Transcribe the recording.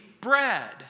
bread